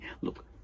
Look